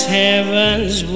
heaven's